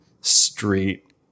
street